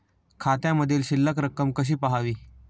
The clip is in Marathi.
खात्यामधील शिल्लक रक्कम कशी पहावी?